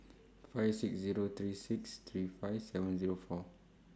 five six Zero three six three five seven Zero four